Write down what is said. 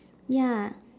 ya